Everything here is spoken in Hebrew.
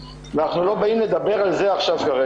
ואנחנו לא באים לדבר על זה כרגע.